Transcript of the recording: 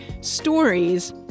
stories